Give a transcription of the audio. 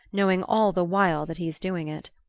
knowing all the while that he is doing it.